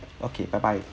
okay bye bye